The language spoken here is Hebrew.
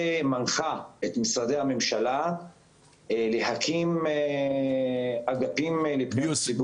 היא מנחה את משרדי הממשלה להקים אגפים לפניות הציבור.